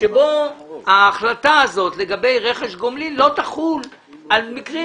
שבו ההחלטה הזאת לגבי רכש גומלין לא תחול על מקרים